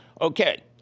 Okay